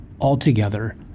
altogether